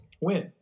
Win